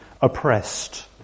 oppressed